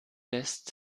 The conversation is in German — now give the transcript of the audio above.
lässt